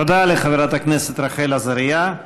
תודה לחברת הכנסת רחל עזריה.